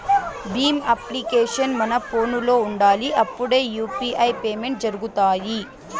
Bhim application మన ఫోనులో ఉండాలి అప్పుడే యూ.పీ.ఐ పేమెంట్స్ జరుగుతాయి